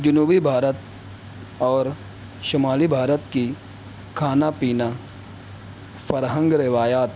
جنوبی بھارت اور شمالی بھارت کی کھانا پینا فرہنگ روایات